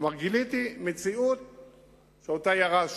כלומר, גיליתי מציאות שירשתי.